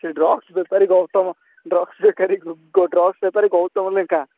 ସେହି ଡ୍ରଗ୍ସ ବେପାରୀ ଗୌତମ ଡ୍ରଗ୍ସ ବେପାରୀ ଡ୍ରଗ୍ସ ବେପାରୀ ଗୌତମ ଲେଙ୍କା